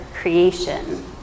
creation